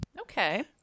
Okay